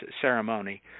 ceremony